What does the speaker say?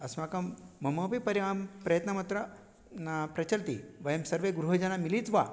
अस्माकं ममापि परिहं प्रयत्नमत्र न प्रचलति वयं सर्वे गृहजनाः मिलित्वा